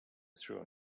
through